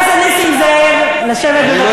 אני רוצה תשובה ממך.